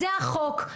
זה החוק,